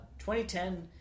2010